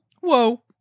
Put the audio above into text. Whoa